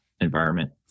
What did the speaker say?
environment